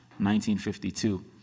1952